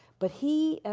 but he,